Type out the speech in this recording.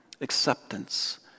acceptance